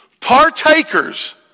partakers